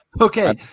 Okay